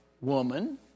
woman